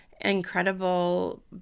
incredible